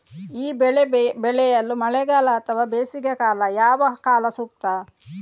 ಈ ಬೆಳೆ ಬೆಳೆಯಲು ಮಳೆಗಾಲ ಅಥವಾ ಬೇಸಿಗೆಕಾಲ ಯಾವ ಕಾಲ ಸೂಕ್ತ?